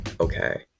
Okay